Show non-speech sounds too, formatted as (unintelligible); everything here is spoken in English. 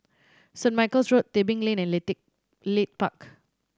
Saint Michael's Road Tebing Lane and (unintelligible) Leith Park